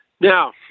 now